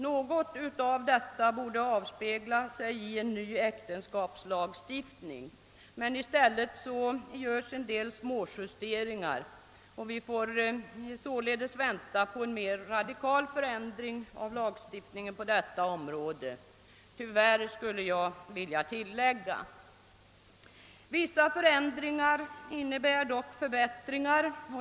Någonting av detta borde avspeglas i en ny äktenskapslagstiftning. Men i stället görs en del småjusteringar. Vi får sålede: vänta på en mer radikal förändring av lagstiftningen på detta område, tyvärr, skulle jag vilja tillägga. Vissa förändringar innebär dock förbättringar.